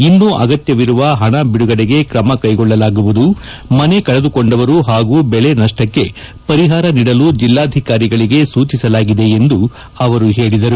ಇನ್ನೂ ಅಗತ್ಯವಿರುವ ಹಣ ಬಿಡುಗಡೆಗೆ ಕ್ರಮಕೈಗೊಳ್ಳಲಾಗುವುದು ಮನೆ ಕಳೆದುಕೊಂಡವರು ಹಾಗೂ ಬೆಳೆ ನಷ್ಷಕ್ಕೆ ಪರಿಹಾರ ನೀಡಲು ಜಿಲ್ಲಾಧಿಕಾರಿಗಳಿಗೆ ಸೂಚಿಸಲಾಗಿದೆ ಎಂದು ಅವರು ಹೇಳಿದರು